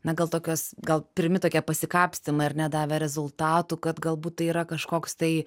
na gal tokios gal pirmi tokie pasikapstymai ar ne davė rezultatų kad galbūt tai yra kažkoks tai